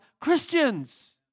Christians